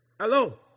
Hello